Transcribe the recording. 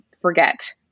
forget